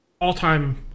all-time